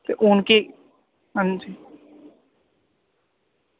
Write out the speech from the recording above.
ते हून की अंजी